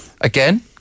Again